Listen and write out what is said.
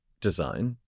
design